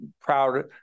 proud